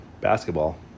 basketball